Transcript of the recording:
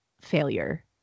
failure